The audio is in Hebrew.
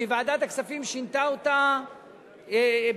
שוועדת הכספים שינתה אותה בהסכמה,